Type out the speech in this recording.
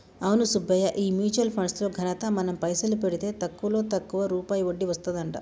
అవును సుబ్బయ్య ఈ mutual funds లో ఘనత మనం పైసలు పెడితే తక్కువలో తక్కువ రూపాయి వడ్డీ వస్తదంట